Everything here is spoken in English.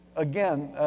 again,